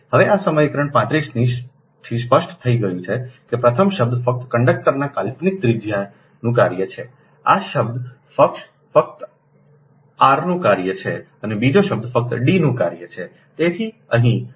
હવે આ સમીકરણ 35 થી સ્પષ્ટ થઈ ગયું છે કે પ્રથમ શબ્દ ફક્ત કંડક્ટરના કાલ્પનિક ત્રિજ્યાનું કાર્ય છે આ શબ્દ ફક્ત r નું કાર્ય છે અને બીજો શબ્દ ફક્ત D નું કાર્ય છે તેથી અહીં પ્રથમ શબ્દ તે સમીકરણ હોઈ શકે છે 35